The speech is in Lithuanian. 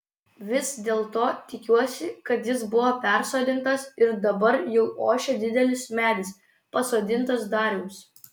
vis dėlto tikiuosi kad jis buvo persodintas ir dabar jau ošia didelis medis pasodintas dariaus